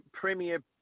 Premier